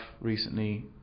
recently